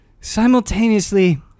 Simultaneously